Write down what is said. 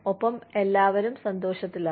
ഒപ്പം എല്ലാവരും സന്തോഷത്തിലാണ്